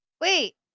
wait